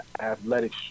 athletic